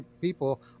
people